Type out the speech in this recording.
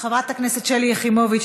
חברת הכנסת שלי יחימוביץ,